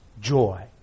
joy